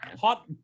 hot